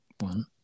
One